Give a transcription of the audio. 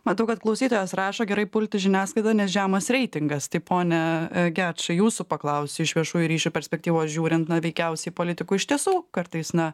matau kad klausytojas rašo gerai pulti žiniasklaidą nes žemas reitingas tai pone gečai jūsų paklausiu iš viešųjų ryšių perspektyvos žiūrint na veikiausiai politikų iš tiesų kartais na